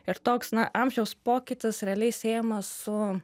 ir toks na amžiaus pokytis realiai siejamas su